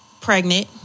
Pregnant